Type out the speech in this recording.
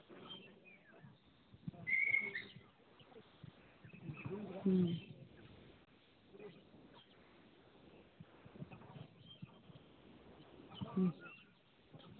ᱦᱩᱸ ᱦᱩᱸ